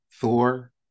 Thor